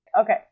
Okay